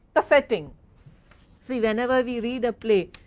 the setting see whenever we read a play,